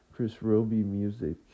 chrisrobymusic